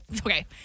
Okay